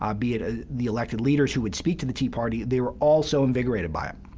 um be it ah the elected leaders who would speak to the tea party they were all so invigorated by it.